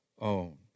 own